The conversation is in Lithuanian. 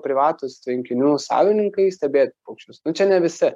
privatūs tvenkinių savininkai stebėt paukščius nu čia ne visi